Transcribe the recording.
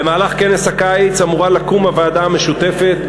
במהלך כנס הקיץ אמורה לקום הוועדה המשותפת,